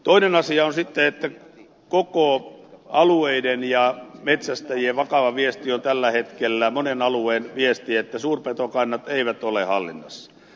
toinen asia on sitten että monen alueen ja metsästäjien vakava viesti on tällä hetkellä että suurpetokannat eivät ole hallinnassa